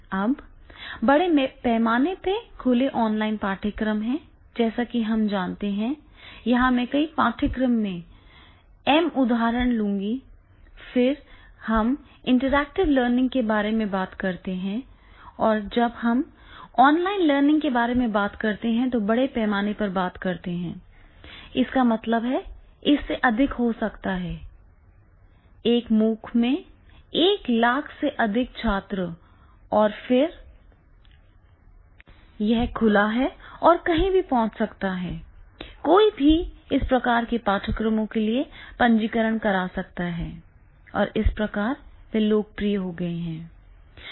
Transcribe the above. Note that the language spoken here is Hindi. अब बड़े पैमाने पर खुले ऑनलाइन पाठ्यक्रम हैं जैसा कि हम जानते हैं यहां मैं कई पाठ्यक्रमों का एम उदाहरण लूंगा फिर हम इंटरेक्टिव लर्निंग के बारे में बात करते हैं और जब हम ऑनलाइन लर्निंग के बारे में बात करते हैं तो हम बड़े पैमाने पर बात करते हैं इसका मतलब है कि इससे अधिक हो सकता है एक MOOC में एक लाख से अधिक छात्र और फिर यह खुला है और कहीं भी पहुँचा जा सकता है कोई भी इस प्रकार के पाठ्यक्रमों के लिए पंजीकरण कर सकता है और इस प्रकार वे लोकप्रिय हो गए हैं